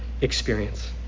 experience